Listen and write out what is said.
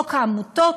חוק העמותות